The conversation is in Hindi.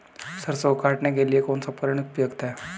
सरसों को काटने के लिये कौन सा उपकरण उपयुक्त है?